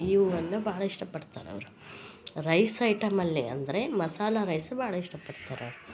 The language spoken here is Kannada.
ಇವ ಅನ್ನ ಭಾಳ ಇಷ್ಟ ಪಡ್ತಾರೆ ಅವರು ರೈಸ್ ಐಟಮಲ್ಲಿ ಅಂದರೆ ಮಸಾಲೆ ರೈಸ್ ಭಾಳ ಇಷ್ಟ ಪಡ್ತಾರೆ ಅವ್ರ